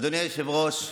אדוני היושב-ראש,